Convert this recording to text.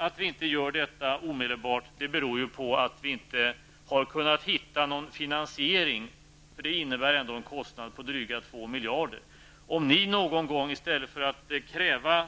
Att det inte sker omedelbart beror på att vi inte har funnit något sätt att finansiera detta. Det innebär ändå en kostnad på drygt 2 miljarder kronor. Det skulle vara tacknämligt om ni i stället för att kräva